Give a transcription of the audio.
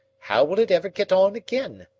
how will it ever get on again?